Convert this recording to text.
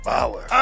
Power